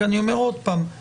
כי אני אומר עוד פעם,